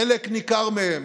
חלק ניכר מהם